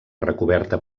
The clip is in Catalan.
recoberta